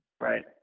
right